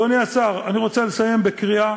אדוני השר, אני רוצה לסיים בקריאה.